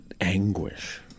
anguish